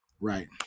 right